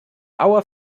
our